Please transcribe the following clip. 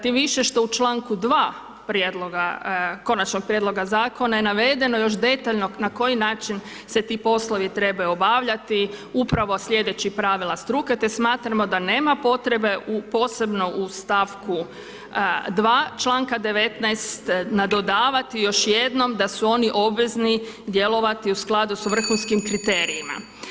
Tim više što u članku 2. konačnog prijedloga zakona je navedeno na koji način se ti poslovi trebaju obavljati, upravo sljedeći pravila struke te smatramo da nema potrebe posebno u stavku 2. članka 19. nadodavati još jednom da su oni obvezni djelovati u skladu s vrhunskim kriterijima.